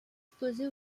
exposé